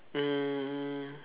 um